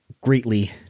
greatly